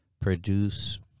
produce